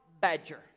badger